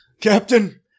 Captain